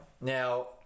Now